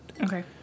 Okay